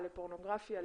פורנוגרפיה,